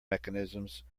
mechanisms